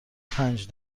پنج